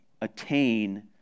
attain